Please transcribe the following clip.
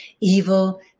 evil